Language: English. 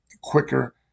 quicker